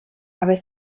aber